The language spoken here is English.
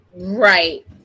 Right